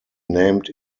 named